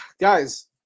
Guys